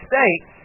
States